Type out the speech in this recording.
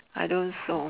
I don't sold